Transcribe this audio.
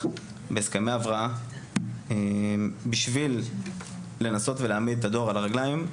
בהסכמי הבראה בשביל לנסות ולהעמיד את הדואר על הרגליים.